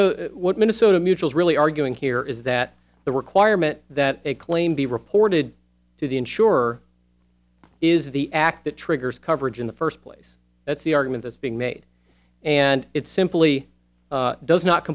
s what minnesota mutuals really arguing here is that the requirement that a claim be reported to the insurer is the act that triggers coverage in the first place that's the argument that's being made and it simply does not